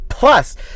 Plus